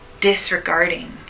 disregarding